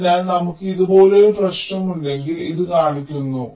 അതിനാൽ നമുക്ക് ഇതുപോലൊരു പ്രശ്നമുണ്ടെങ്കിൽ ഇത് കാണിക്കുന്നു